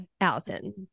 Allison